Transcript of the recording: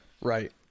right